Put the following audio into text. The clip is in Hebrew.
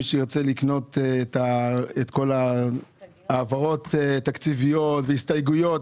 מי שירצה לקנות את כל ההעברות התקציביות וההסתייגויות,